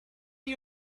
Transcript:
you